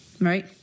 right